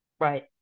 Right